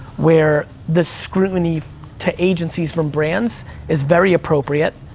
where the scrutiny to agencies from brands is very appropriate.